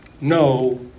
no